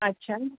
अच्छा